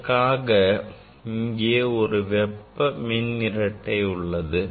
அதற்காக இங்கே ஒரு வெப்ப மின்இரட்டை உள்ளது